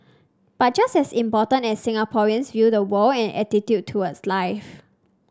but just as important as Singaporeans view the world and attitude towards life